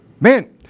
Man